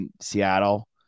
Seattle